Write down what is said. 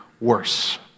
worse